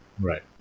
Right